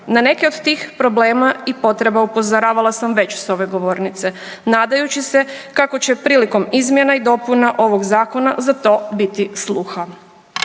Na neke od tih problema i potreba upozoravala sam već s ove govornice nadajući se kako će prilikom izmjena i dopuna ovog zakona za to bili sluha.